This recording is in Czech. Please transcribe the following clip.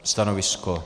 Stanovisko?